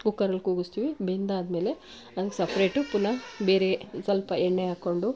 ಕುಕ್ಕರಲ್ಲಿ ಕೂಗಿಸ್ತೀವಿ ಬೆಂದಾದ್ಮೇಲೆ ಅದಕ್ಕೆ ಸಪ್ರೇಟು ಪುನಃ ಬೇರೆಯೇ ಸ್ವಲ್ಪ ಎಣ್ಣೆ ಹಾಕೊಂಡು